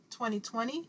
2020